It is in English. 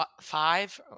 five